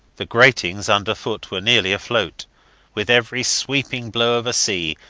the gratings underfoot were nearly afloat with every sweeping blow of a sea,